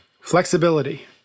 Flexibility